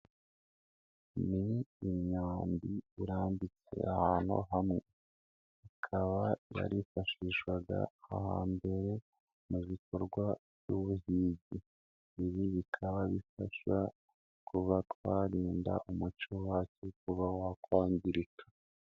Ni imyambi irambitse ahantu hamwe, ikaba yarifashishwaga aha mbere mu bikorwa by'ubuhigi, ibi bikaba bifasha kuba twarinda umuco wacu kuba wakwangirika.